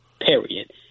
Period